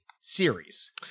series